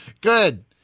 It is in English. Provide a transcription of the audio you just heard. Good